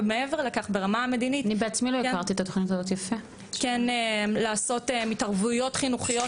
ומעבר לכך ברמה המדינית כן לעשות התערבויות חינוכיות